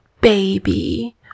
baby